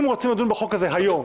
שאם רוצים לדון בחוק הזה היום,